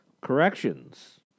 Corrections